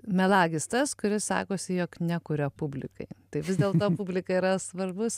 melagis tas kuris sakosi jog nekuria publikai tai vis dėl to publika yra svarbus